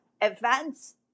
events